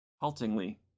Haltingly